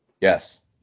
Yes